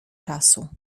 czasu